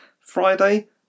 Friday